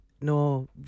No